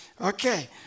Okay